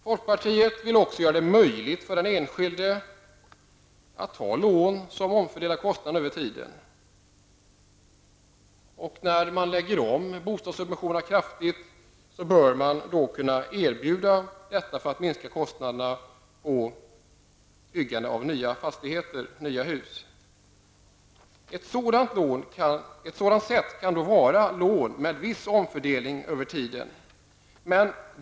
Folkpartiet vill också göra det möjligt för den enskilde att ta lån som omfördelar kostnaderna över tiden. När man lägger om bostadssubventionerna kraftigt, bör man kunna erbjuda andra sätt för att kostnaderna skall kunna minskas när man bygger nya hus. Ett sådant sätt kan vara att införa lån med viss omfördelning över tiden.